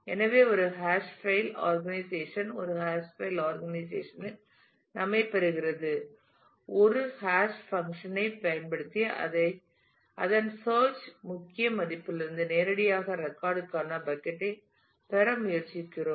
எனவே ஒரு hash file organisation ஒரு ஹாஷ் பைல் ஆர்கனைசேஷன் இல் நம்மைப் பெறுகிறது ஒரு ஹாஷ் பங்க்ஷன் ஐப் பயன்படுத்தி அதன் சேர்ச் முக்கிய மதிப்பிலிருந்து நேரடியாக ஒரு ரெக்கார்ட் ற்கான பக்கட் ஐ பெற முயற்சிக்கிறோம்